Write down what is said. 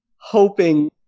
hoping